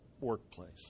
workplace